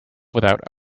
without